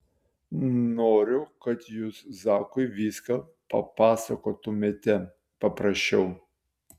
noriu kad jūs zakui viską papasakotumėte paprašiau